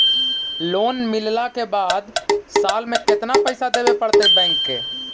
Loan मिलला के बाद साल में केतना पैसा देबे पड़तै बैक के?